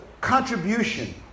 contribution